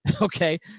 okay